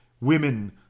Women